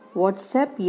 whatsapp